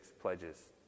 pledges